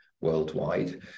worldwide